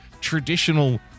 traditional